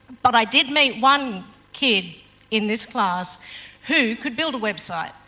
but i did meet one kid in this class who could build a website,